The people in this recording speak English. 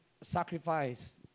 sacrifice